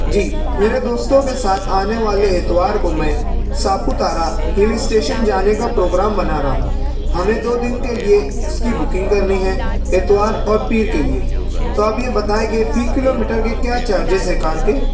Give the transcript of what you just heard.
جی میرے دوستوں کے ساتھ آنے والے اتوار کو میں ساپوت آرا ہل اسٹیشن جانے کا پروگرام بنا رہا ہوں ہمیں دو دن کے لیے اس کی بکنگ کرنی ہے اتوار اور پیر کے لیے تو آپ یہ بتائیں کہ فی کلو میٹر کے کیا چارجز ہیں کار کے